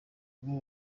umwe